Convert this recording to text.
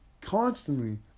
constantly